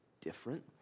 different